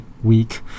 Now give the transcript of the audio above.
week